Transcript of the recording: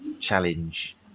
challenge